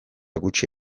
gutxi